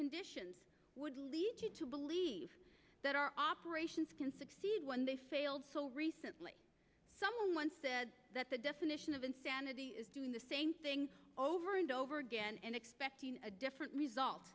conditions would lead you to believe that our operations can succeed when they failed so recently someone once said that the definition of insanity is doing the same things over and over again and expecting a different result